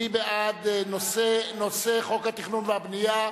מי בעד נושא חוק התכנון והבנייה,